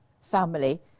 family